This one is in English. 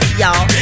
y'all